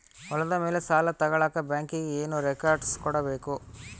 ಹೊಲದ ಮೇಲೆ ಸಾಲ ತಗಳಕ ಬ್ಯಾಂಕಿಗೆ ಏನು ಏನು ರೆಕಾರ್ಡ್ಸ್ ಕೊಡಬೇಕು?